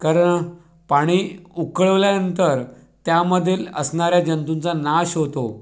कारण पाणी उकळवल्यानंतर त्यामधील असणाऱ्या जंतूंचा नाश होतो